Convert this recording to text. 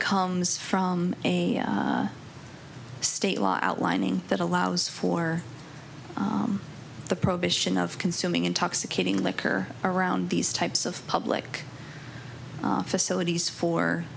comes from a state law outlining that allows for the prohibition of consuming intoxicating liquor around these types of public facilities for